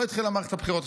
לא התחילה מערכת הבחירות?